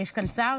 יש כאן שר?